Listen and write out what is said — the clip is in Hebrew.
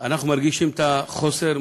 אנחנו מרגישים את החוסר,